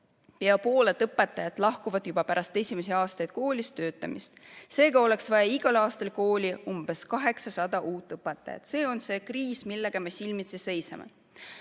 pea pooled õpetajad lahkuvad juba pärast esimesi aastaid koolis töötamist, oleks vaja igal aastal kooli umbes 800 uut õpetajat. See on see kriis, millega me silmitsi seisame. Tahaksin